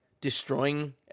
destroying